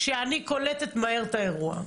הבעיה היא שאני קולטת מהר את האירוע.